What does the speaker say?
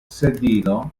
sedilo